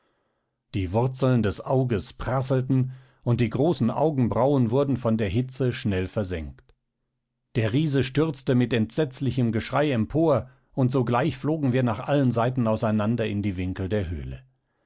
die wurzeln des auges prasselten und die großen augenbrauen wurden von der hitze schnell versengt der riese stürzte mit entsetzlichem geschrei empor und sogleich flogen wir nach allen seiten auseinander in die winkel der höhle